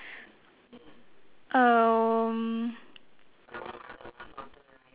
um